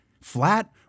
flat